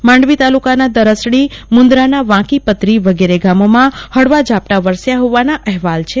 માંડવી તાલુકાના દરશડી મુંદરાના વાંકી પત્રી વગેરે ગામોમાં હળવા ઝાપટા વરસ્યા હોવાના અહેવાલ છે